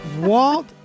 Walt